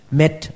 met